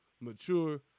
mature